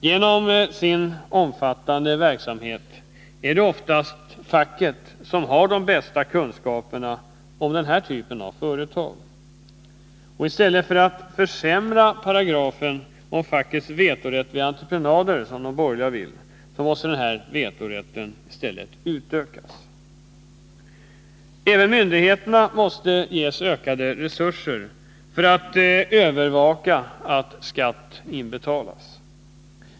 Genom sin omfattande verksamhet är det oftast facket som har de bästa kunskaperna om denna typ av företag. I stället för att försämra paragrafen om fackets vetorätt vid entreprenader, som de borgerliga vill göra, måste denna vetorätt utökas. Även myndigheterna måste ges ökade resurser för att övervaka att skatt 13 inbetalas.